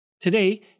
Today